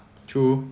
true